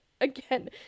again